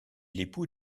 l’époux